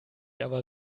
aber